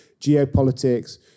geopolitics